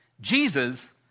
Jesus